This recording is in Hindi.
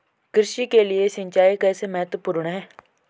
कृषि के लिए सिंचाई कैसे महत्वपूर्ण है?